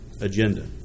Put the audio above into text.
agenda